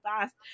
fast